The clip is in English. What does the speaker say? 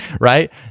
right